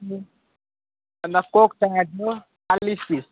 अन्त कोक चाहिएको थियो चालिस पिस